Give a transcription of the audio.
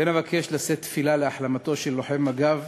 כן אבקש לשאת תפילה להחלמתו של לוחם מג"ב